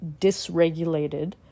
dysregulated